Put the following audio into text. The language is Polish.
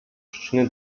przyczyny